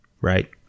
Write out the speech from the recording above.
Right